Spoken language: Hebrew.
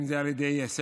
אם זה על ידי סמ"סים,